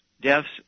deaths